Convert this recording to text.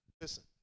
Listen